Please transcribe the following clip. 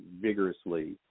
vigorously